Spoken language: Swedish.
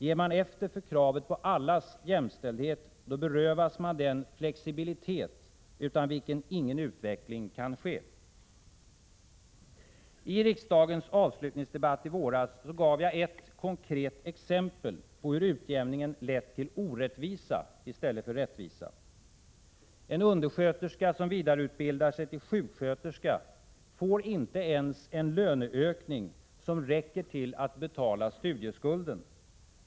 Ger man efter för kravet på allas jämställdhet, då berövas man den flexibilitet utan vilken ingen utveckling kan ske.” I riksdagens avslutningsdebatt i våras gav jag ett konkret exempel på hur utjämningen lett till orättvisa i stället för rättvisa. En undersköterska som vidareutbildar sig till sjuksköterska får inte ens en löneökning som räcker till att betala studieskulden.